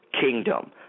kingdom